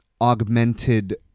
augmented